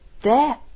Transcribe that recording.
There